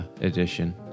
edition